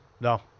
No